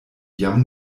jam